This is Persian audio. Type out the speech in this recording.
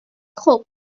خوب